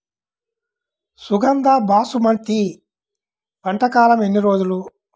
సుగంధ బాసుమతి పంట కాలం ఎన్ని రోజులు?